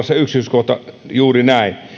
se yksityiskohta voi olla juuri näin